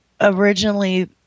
originally